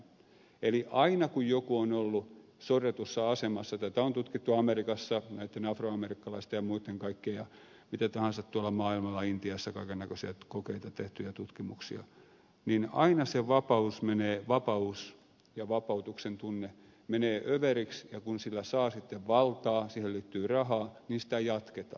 eli aina kun joku on ollut sorretussa asemassa tätä on tutkittu amerikassa näitten afroamerikkalaisten ja muitten kaikkien keskuudessa ja mitä tahansa tuolla maailmalla intiassa kaiken näköisiä kokeita tehty ja tutkimuksia niin aina se vapaus ja vapautuksen tunne menee överiksi ja kun sillä saa sitten valtaa siihen liittyy raha niin sitä jatketaan